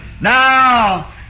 Now